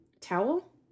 towel